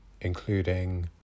including